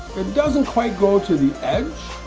it doesn't quite go to the edge